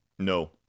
No